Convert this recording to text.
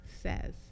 says